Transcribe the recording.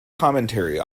commentary